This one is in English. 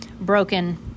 broken